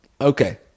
Okay